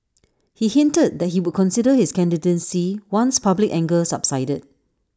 he hinted that he would consider his candidacy once public anger subsided